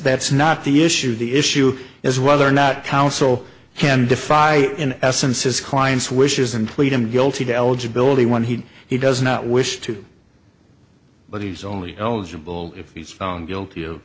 that's not the issue the issue is whether or not counsel can defy in essence his client's wishes and plead him guilty to eligibility when he he does not wish to but he's only eligible if he's found guilty of